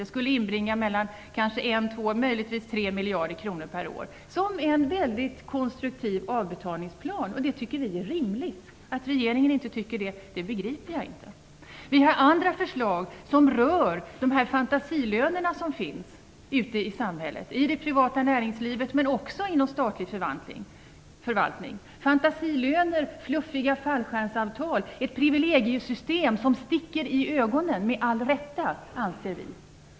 Det skulle inbringa 1-2, möjligen 3, miljarder kronor per år. Det skulle vara en mycket konstruktiv avbetalningsplan. Vi tycker att det är rimligt. Jag begriper inte att regeringen inte tycker det. Vi har andra förslag som rör de fantasilöner som finns ute i samhället, i det privata näringslivet men också inom statlig förvaltning. Det handlar om fantasilöner, fluffiga fallskärmsavtal och ett privilegiesystem som sticker i ögonen - med all rätt, anser vi.